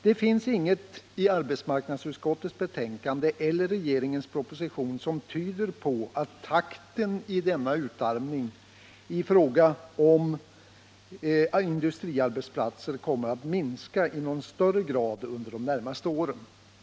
Det finns inget i arbetsmarknadsutskottets betänkande eller i regeringens proposition som tyder på att takten i denna utarmning i fråga om industriarbetsplatser kommer att minska i någon högre grad under de närmaste åren.